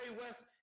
West